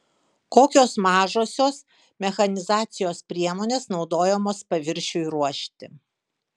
kokios mažosios mechanizacijos priemonės naudojamos paviršiui ruošti